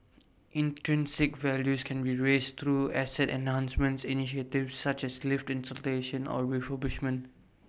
intrinsic values can be raised through asset enhancement initiatives such as lift installation or refurbishment